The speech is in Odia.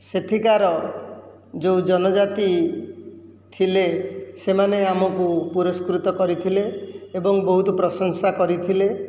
ସେଠିକାର ଯେଉଁ ଜନଜାତି ଥିଲେ ସେମାନେ ଆମକୁ ପୁରସ୍କୃତ କରିଥିଲେ ଏବଂ ବହୁତ ପ୍ରଶଂସା କରିଥିଲେ